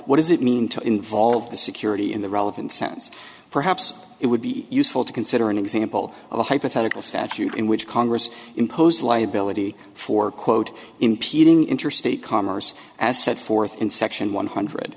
what does it mean to involve the security in the relevant sense perhaps it would be useful to consider an example of a hypothetical statute in which congress impose liability for quote impeding interstate commerce as set forth in section one hundred